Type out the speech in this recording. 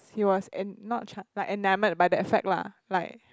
he was and not t~ like and enamoured by that fact lah like